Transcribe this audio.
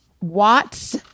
Watts